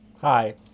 Hi